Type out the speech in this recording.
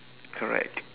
correct